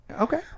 Okay